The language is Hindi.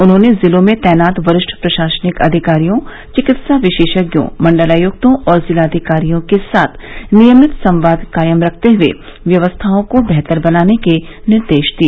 उन्होंने जिलों में तैनात वरिष्ठ प्रशासनिक अधिकारियों चिकित्सा विशेषज्ञों मंडलायुक्तों और जिलाधिकारियों के साथ नियमित संवाद कायम रखते हुए व्यवस्थाओं को बेहतर बनाने के निर्देश दिए